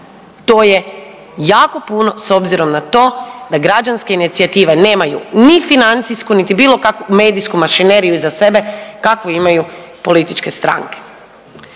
to je jako puno s obzirom na to da građanske inicijative nemaju ni financijsku, niti bilo kakvu medijsku mašineriju iza sebe kakvu imaju političke stranke.